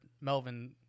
Melvin